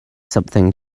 something